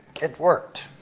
it worked.